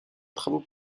travaux